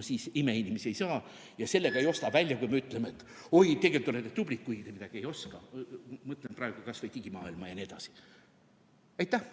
siis imeinimesi ei saa. Sellega ei aita välja, kui me ütleme, et oi, tegelikult olete tublid, kuigi te midagi ei oska. Mõtlen praegu kas või digimaailma ja nii edasi. Aitäh!